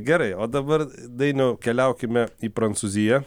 gerai o dabar dainiau keliaukime į prancūziją